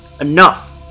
Enough